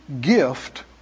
Gift